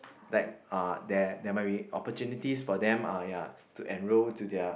like uh there there might be opportunities for them uh ya to enrol to their